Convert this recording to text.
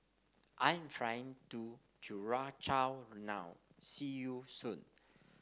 I'm flying to Curacao now see you soon